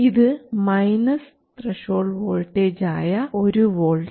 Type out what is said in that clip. ഇത് minus threshold voltage ആയ 1 volt